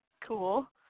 cool